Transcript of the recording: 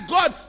God